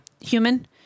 human